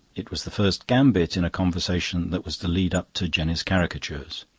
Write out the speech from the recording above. it was the first gambit in a conversation that was to lead up to jenny's caricatures.